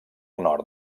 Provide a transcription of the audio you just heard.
nord